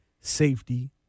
safety